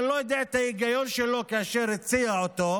אני לא יודע מה ההיגיון שלו כאשר הציע אותו,